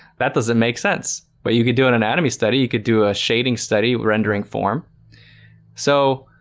that doesn't make sense but you could do an anatomy study. you could do a shading study. we're rendering form so